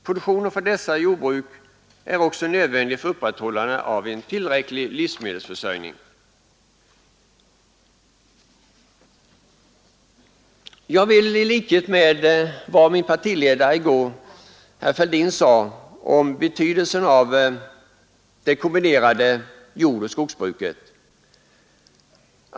Produktionen från dessa jordbruk är också nödvändig för upprätthållande av en tillräcklig livsmedelsförsörjning. Jag vill instämma med vad min partiledare, herr Fälldin, i går sade om betydelsen av det kombinerade jordoch skogsbruket.